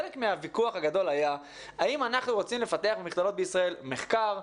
חלק מהוויכוח הגדול היה האם אנחנו רוצים לפתח במכללות בישראל מחקר?